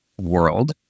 world